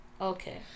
Okay